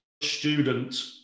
student